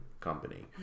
company